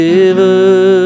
River